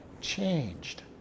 changed